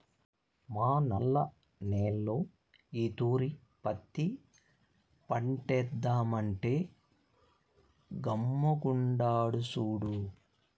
మా నల్ల నేల్లో ఈ తూరి పత్తి పంటేద్దామంటే గమ్ముగుండాడు సూడు